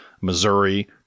Missouri